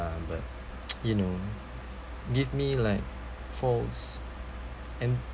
but you know give me like false M